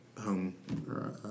home